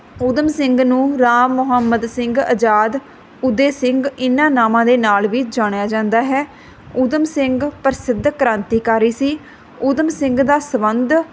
ਊਧਮ ਸਿੰਘ ਨੂੰ ਰਾਮ ਮੁਹੰਮਦ ਸਿੰਘ ਆਜ਼ਾਦ ਉਦੇ ਸਿੰਘ ਇਹਨਾਂ ਨਾਵਾਂ ਦੇ ਨਾਲ ਵੀ ਜਾਣਿਆ ਜਾਂਦਾ ਹੈ ਊਧਮ ਸਿੰਘ ਪ੍ਰਸਿੱਧ ਕ੍ਰਾਂਤੀਕਾਰੀ ਸੀ ਊਧਮ ਸਿੰਘ ਦਾ ਸਬੰਧ